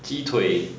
鸡腿